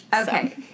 Okay